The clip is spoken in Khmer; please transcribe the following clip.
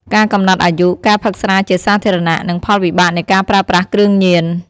ការកំណត់អាយុ ការផឹកស្រាជាសាធារណៈ និងផលវិបាកនៃការប្រើប្រាស់គ្រឿងញៀន។